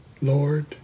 Lord